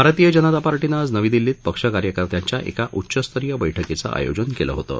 भारतीय जनता पार्टीनं आज नवी दिल्लीत पक्ष कार्यकर्त्यांच्या एका उच्चस्तरीय बैठकीचं आयोजन केलं होतं